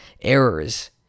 errors